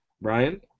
Brian